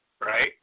Right